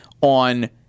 on